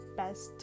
best